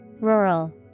Rural